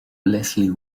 leslie